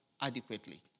adequately